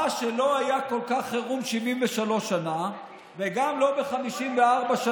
מה שלא היה כל כך חירום 73 שנה וגם לא 54 שנה,